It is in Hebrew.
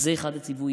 אז זה אחד הציוויים,